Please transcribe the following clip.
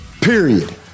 Period